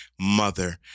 mother